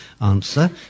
answer